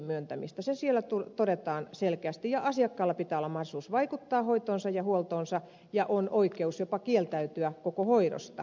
se siellä todetaan selkeästi ja asiakkaalla pitää olla mahdollisuus vaikuttaa hoitoonsa ja huoltoonsa ja on oikeus jopa kieltäytyä koko hoidosta